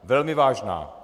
Velmi vážná.